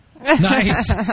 Nice